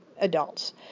adults